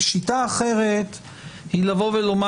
שיטה אחרת היא לומר: